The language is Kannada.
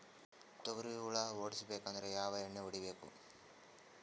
ತೊಗ್ರಿ ಹುಳ ಹೊಡಿಬೇಕಂದ್ರ ಯಾವ್ ಎಣ್ಣಿ ಹೊಡಿಬೇಕು?